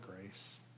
grace